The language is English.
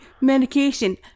medication